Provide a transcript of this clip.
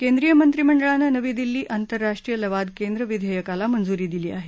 केंद्रीय मंत्रिमंडळानं नवी दिल्ली आंतरराष्ट्रीय लवाद केंद्र विधेयकाला मंजुरी दिली आहे